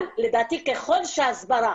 אבל לדעתי ככל שההסברה